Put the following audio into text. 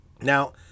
Now